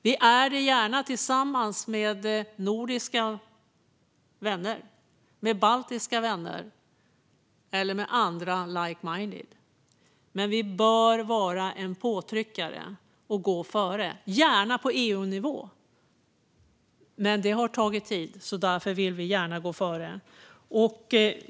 Vi är det gärna tillsammans med nordiska och baltiska vänner eller med andra like-minded, men vi bör vara en påtryckare som går före. Vi är det gärna på EU-nivå, men det har tagit tid och därför vill vi gärna gå före.